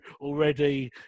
already